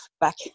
back